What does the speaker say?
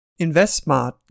InvestSmart